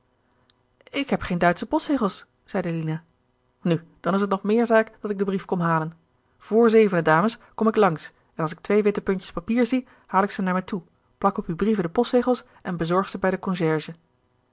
ik heb geen duitsche postzegels zeide lina nu dan is t nog meer zaak dat ik den brief kom halen vr zevenen dames kom ik langs en als ik twee witte puntjes papier zie haal ik ze naar mij toe plak op uw brieven de postzegels en bezorg ze bij den concierge